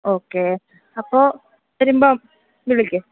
okay അപ്പോള് വരുമ്പോള് വിളിക്കൂ